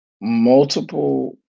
multiple